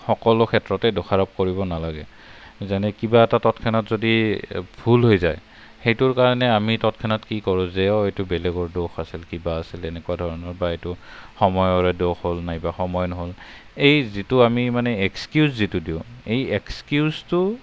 সকলো ক্ষেত্ৰতে দোষাৰোপ কৰিব নালাগে যেনে কিবা এটা তৎক্ষণাৎ যদি ভুল হৈ যায় সেইটোৰ কাৰণে আমি তৎক্ষণাত কি কৰো যে এইটো বেলেগৰ দোষ আছিল কিবা আছিল এনেকুৱা ধৰণৰ বা এইটো সময়ৰে দোষ হ'ল নাইবা সময় নহ'ল এই যিটো আমি মানে এক্সস্কিউজ যিটো দিওঁ এই এক্সস্কিউজটো